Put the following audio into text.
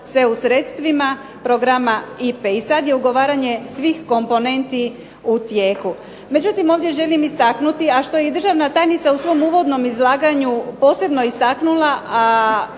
sve u sredstvima programa IPA-e. i sada je ugovaranje svih komponenti u tijeku. Međutim ovdje želim istaknuti, a što je državna tajnica u svom uvodnom izlaganju posebno istaknula,